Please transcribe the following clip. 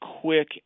quick